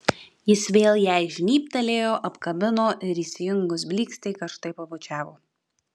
jis vėl jai žnybtelėjo apkabino ir įsijungus blykstei karštai pabučiavo